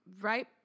right